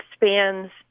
expands